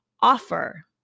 offer